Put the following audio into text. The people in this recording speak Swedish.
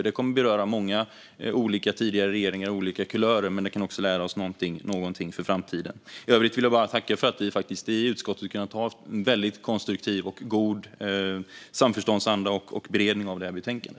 Det kommer att beröra många olika tidigare regeringar av olika kulörer, men det kan också lära oss någonting för framtiden. I övrigt vill jag bara tacka för att vi i utskottet har kunnat ha en väldigt konstruktiv och god samförståndsanda i beredningen av detta betänkande.